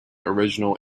original